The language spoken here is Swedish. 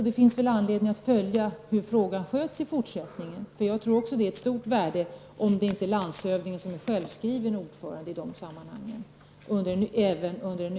Det finns anledning att följa hur frågan sköts i fortsättningen. Jag tror också att det, även under den nuvarande ordningen, är av stort värde att landshövdingen inte är självskriven som ordförande i de sammanhangen.